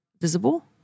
visible